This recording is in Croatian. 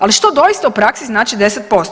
Ali što doista u praksi znači 10%